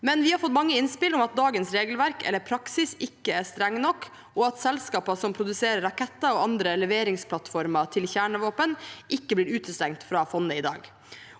men vi har fått mange innspill om at dagens regelverk og praksis ikke er strenge nok, og at selskaper som produserer raketter og andre leveringsplattformer til kjernevåpen, ikke blir utestengt fra fondet i dag.